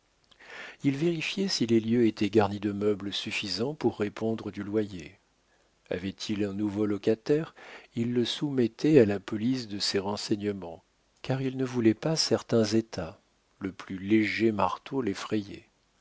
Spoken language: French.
il vérifiait si les lieux étaient garnis de meubles suffisants pour répondre du loyer avait-il un nouveau locataire il le soumettait à la police de ses renseignements car il ne voulait pas certains états le plus léger marteau l'effrayait